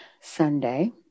Sunday